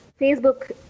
Facebook